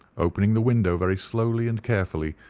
opening the window very slowly and carefully,